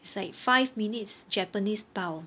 it's like five minutes japanese style